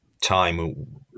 time